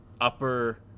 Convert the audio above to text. upper